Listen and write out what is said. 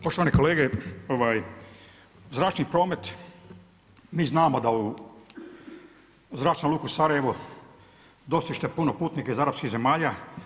Poštovani kolege, zračni promet mi znamo da u zračnu luku Sarajevo dostiže puno putnika iz arapskih zemalja.